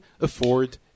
afford